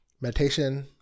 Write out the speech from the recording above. meditation